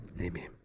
Amen